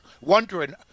wondering